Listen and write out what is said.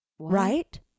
Right